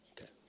Okay